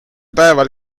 päeval